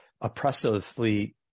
oppressively